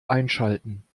einschalten